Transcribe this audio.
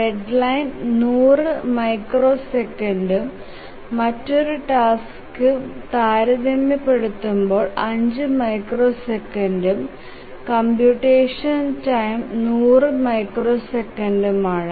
deadline 100 മൈക്രോസെക്കൻഡും മറ്റൊരു ടാസ്കുമായി താരതമ്യപ്പെടുത്തുമ്പോൾ 5 മൈക്രോസെക്കൻഡും കംപ്യൂടടെഷൻ ടൈം 100 മൈക്രോസെക്കൻഡാണ്